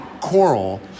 coral